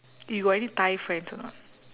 you got any thai friends or not